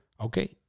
Okay